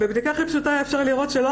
בבדיקה הכי פשוטה אפשר היה לראות שלא